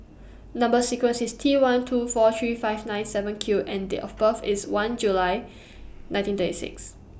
Number sequence IS T one two four three five nine seven Q and Date of birth IS one July nineteen thirty six